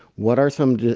what are some?